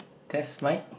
test mic